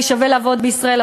כי שווה לעבוד בישראל,